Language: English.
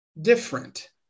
different